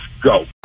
go